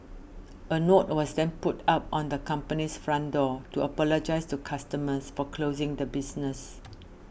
a note was then put up on the company's front door to apologise to customers for closing the business